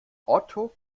otto